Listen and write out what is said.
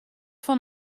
fan